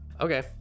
okay